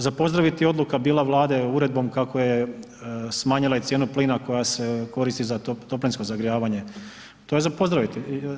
Za pozdravit je bila odluka Vlade uredbom kako je smanjila i cijenu plina koja se koristi za toplinsko zagrijavanje, to je za pozdraviti.